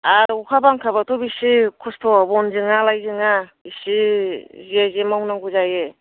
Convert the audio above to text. आरो अखा बांखाबाथ' बेसे खस्थ' बन जोङा लाय जोङा बेसे सियै सियै मावनांगौ जायो